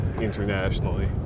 internationally